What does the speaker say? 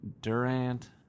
Durant